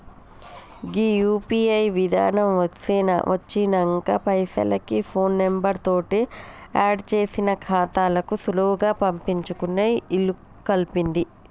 గీ UPI విధానం వచ్చినంక పైసలకి ఫోన్ నెంబర్ తోటి ఆడ్ చేసిన ఖాతాలకు సులువుగా పంపించుకునే ఇలుకల్పింది